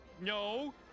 no